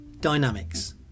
dynamics